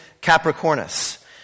Capricornus